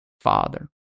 father